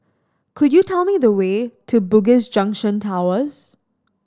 could you tell me the way to Bugis Junction Towers